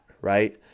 Right